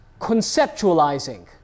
conceptualizing